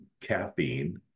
caffeine